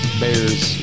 bears